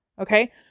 Okay